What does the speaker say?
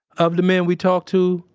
of the men we talked to,